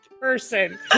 person